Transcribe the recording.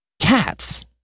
cats